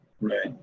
Right